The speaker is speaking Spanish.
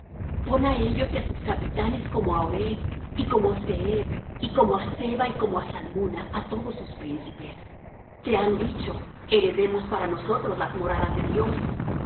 pon á ellos y á sus capitanes como á oreb y como á zeeb y como á zeba y como á zalmunna á todos sus príncipes que han dicho heredemos para nosotros las moradas de dios